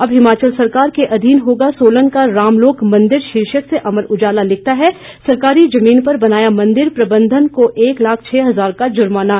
अब हिमाचल सरकार के अधीन होगा सोलन का रामलोक मंदिर शीर्षक से अमर उजाला लिखता है सरकारी जमीन पर बनाया मंदिर प्रबंधन को एक लाख छह हज़ार का जुर्माना